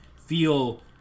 feel